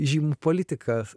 žymų politiką